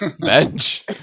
bench